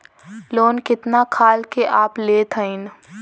Loan कितना खाल के आप लेत हईन?